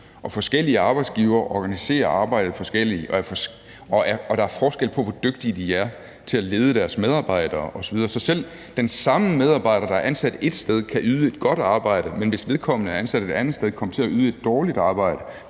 og forskellige arbejdsgivere organiserer arbejdet forskelligt, og at der er forskel på, hvor dygtige de er til at lede deres medarbejdere osv. Så den samme medarbejder, der er ansat et sted, kan yde et godt arbejde, men hvis vedkommende er ansat et andet sted, kan man komme til at yde et dårligt arbejde,